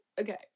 Okay